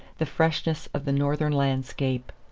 the freshness of the northern landscape.